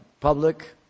Public